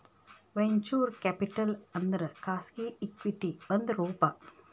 venture capital ಅಂದ್ರ ಖಾಸಗಿ equity ಒಂದ್ ರೂಪ